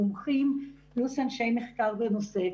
מומחים פלוס אנשי מחקר בנושא,